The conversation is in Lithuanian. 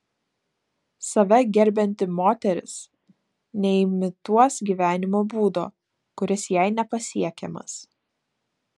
save gerbianti moteris neimituos gyvenimo būdo kuris jai nepasiekiamas